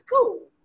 cool